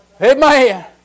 Amen